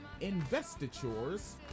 Investitures